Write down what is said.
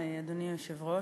אדוני היושב-ראש,